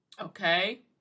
Okay